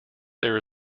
there